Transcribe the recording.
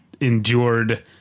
endured